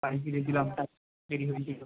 বাড়ি ফিরেছিলাম তাই দেরি হয়েছিল